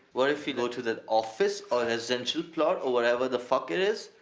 what if we go to that office or residential plot or whatever the fuck it is.